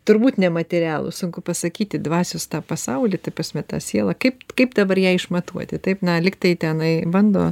turbūt nematerialų sunku pasakyti dvasios tą pasaulį ta prasme tą sielą kaip kaip dabar ją išmatuoti taip na lygtai tenai bando